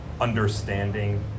understanding